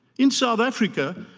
in south africa,